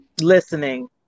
listening